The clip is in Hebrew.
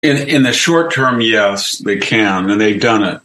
In the short term, yes, they can, and they've done it.